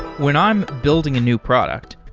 when i'm building a new product,